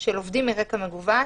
של עובדים מרקע מגוון.